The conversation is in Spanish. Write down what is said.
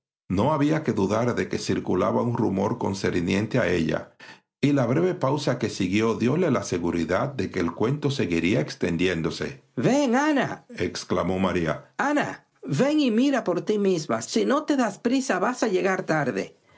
no había que dudar de que circulaba un rumor concerniente a ella y la breve pausa que siguió dióle la seguridad de que el cuento seguiría extendiéndose ven anaexclamó maría ven y mira por ti misma si no te das prisa vas a llegar tarde